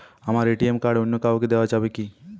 আমার ATM card অন্য কাউকে দেওয়া যাবে কি?